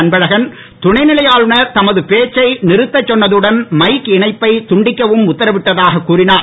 அன்பழகன் துணைநிலை ஆளுநர் தமது பேச்சை நிறுத்த சொன்னதுடன் மைக் இணைப்பை துண்டிக்கவும் உத்தரவிட்டதாக கூறினார்